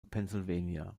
pennsylvania